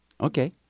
Okay